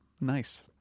nice